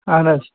اَہَن حظ